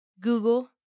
Google